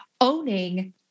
owning